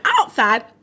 outside